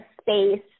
space